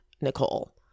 Nicole